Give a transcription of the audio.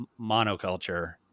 monoculture